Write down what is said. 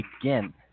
Again